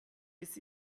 bis